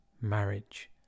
marriage